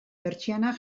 pertsianak